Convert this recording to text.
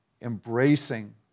embracing